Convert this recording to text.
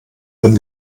den